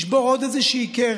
לשבור עוד איזו קרן,